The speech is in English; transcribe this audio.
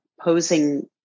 posing